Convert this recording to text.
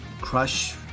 crush